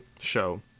show